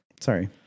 Sorry